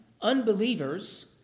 unbelievers